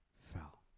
fell